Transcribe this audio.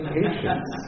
patience